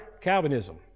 calvinism